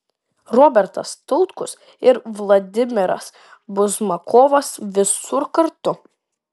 robertas tautkus ir vladimiras buzmakovas visur kartu